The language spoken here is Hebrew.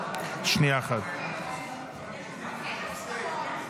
אין הסכמות,